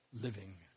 living